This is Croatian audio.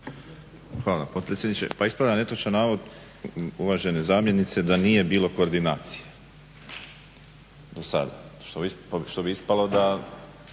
Hvala lijepo. Pa ispravljam netočan navod uvažene zamjenice da nije bilo koordinacije do sada što bi ispalo da